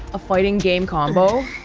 a fighting game combo?